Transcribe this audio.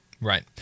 right